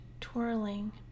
twirling